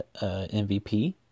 MVP